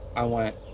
i want.